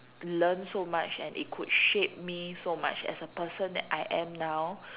learn so much and it could shape me so much as a person that I am now